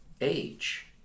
age